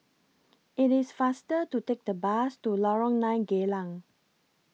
IT IS faster to Take The Bus to Lorong nine Geylang